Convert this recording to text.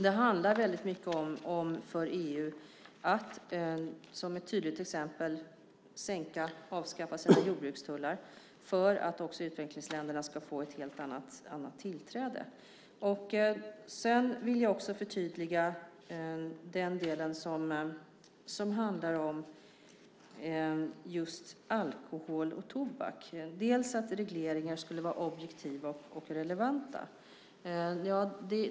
Det handlar väldigt mycket om att EU, som ett tydligt exempel, måste avskaffa sina jordbrukstullar för att utvecklingsländerna ska få ett helt annat tillträde. Jag vill också förtydliga den del som handlar om just alkohol och tobak, att regleringar skulle vara objektiva och relevanta.